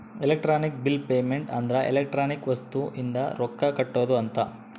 electronic bill payment ಅಂದ್ರ electronic ವಸ್ತು ಇಂದ ರೊಕ್ಕ ಕಟ್ಟೋದ ಅಂತ